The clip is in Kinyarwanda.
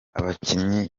abakinnyi